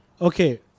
Okay